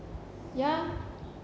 ya